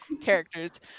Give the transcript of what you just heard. characters